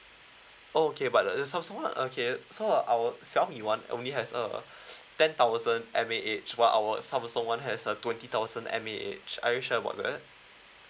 okay but the Samsung one okay so our Xiaomi one only has uh ten thousand mA_H while our Samsung one has a twenty thousand mA_H are you sure about that